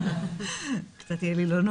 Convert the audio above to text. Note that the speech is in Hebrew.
חינוכיים מכל המגזרים ומכל הארץ והם אלה בעצם,